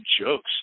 jokes